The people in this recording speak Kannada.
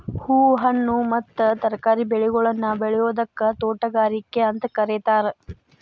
ಹೂ, ಹಣ್ಣು ಮತ್ತ ತರಕಾರಿ ಬೆಳೆಗಳನ್ನ ಬೆಳಿಯೋದಕ್ಕ ತೋಟಗಾರಿಕೆ ಅಂತ ಕರೇತಾರ